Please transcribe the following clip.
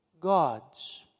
God's